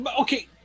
okay